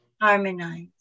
harmonize